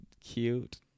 cute